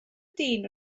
dyn